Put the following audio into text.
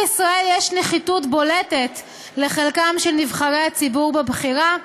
בישראל יש נחיתות בולטת לחלקם של נבחרי הציבור בבחירה,